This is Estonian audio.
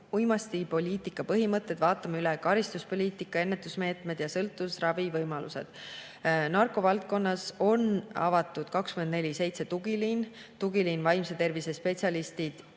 uimastipoliitika põhimõtteid, vaatame üle karistuspoliitika, ennetusmeetmed ja sõltuvusravi võimalused. Narkovaldkonnas on avatud 24/7 tugiliin. Tugiliini vaimse tervise spetsialistid